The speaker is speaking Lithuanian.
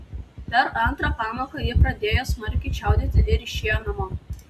per antrą pamoką ji pradėjo smarkiai čiaudėti ir išėjo namo